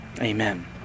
amen